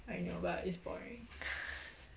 I know but it's boring